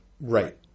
Right